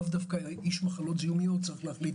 לאו דווקא איש מחלות זיהומיות צריך להחליט,